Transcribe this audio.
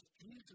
Jesus